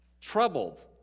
troubled